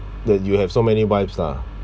that you have so many wives lah